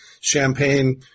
champagne